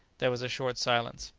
there was a short silence.